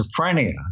schizophrenia